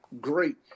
great